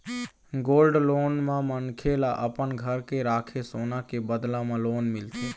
gold loan म मनखे ल अपन घर के राखे सोना के बदला म लोन मिलथे